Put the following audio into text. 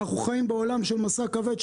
אנחנו מדברים בעולם של משא כבד,